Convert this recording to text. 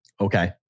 okay